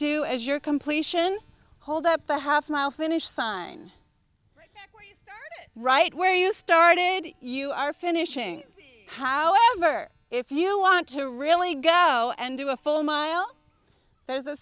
do as you're completion hold up the half mile finish sign right where you started you are finishing however if you want to really go and do a full mile there's a